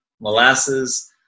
molasses